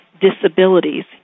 disabilities